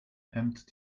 hemmt